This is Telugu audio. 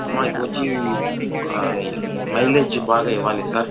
మనకి వచ్చి ఒక మైలేజు బాగా ఇవ్వాలి సార్